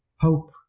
hope